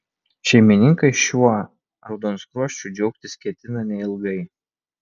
šeimininkai šiuo raudonskruosčiu džiaugtis ketina neilgai